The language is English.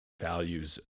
values